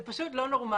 זה פשוט לא נורמלי.